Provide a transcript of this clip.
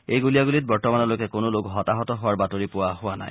এই গুলীয়াগুলীত বৰ্তমানলৈকে কোনো লোক হতাহত হোৱাৰ বাতৰি পোৱা হোৱা নাই